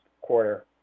quarter